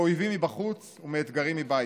מאויבים מבחוץ ומאתגרים מבית.